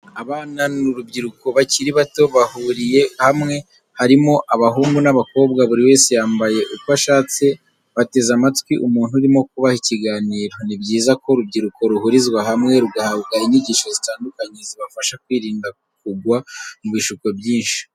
Abana n'urubyiruko bakiri bato bahuriye hamwe, harimo abahungu n'abakobwa buri wese yambaye uko ashaka bateze amatwi umuntu urimo kubaha ikiganiro. Ni byiza ko urubyiruko ruhurizwa hamwe rugahabwa inyigisho zitandukanye zibafasha kwirinda kugwa mu bishuko byinshi.